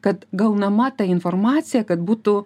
kad gaunama ta informacija kad būtų